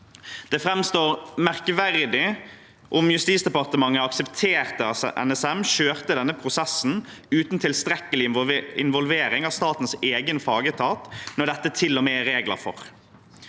Det framstår merkverdig om Justisdepartementet aksepterte at NSM kjørte denne prosessen uten tilstrekkelig involvering av statens egen fagetat når det til og med er regler for